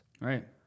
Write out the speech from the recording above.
Right